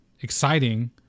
exciting